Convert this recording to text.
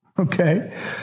Okay